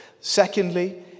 Secondly